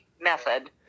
method